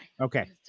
Okay